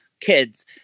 kids